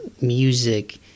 music